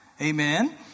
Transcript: Amen